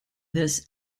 this